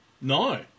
No